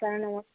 sir নমস্কাৰ